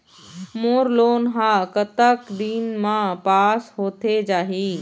मोर loan हा कतक दिन मा पास होथे जाही?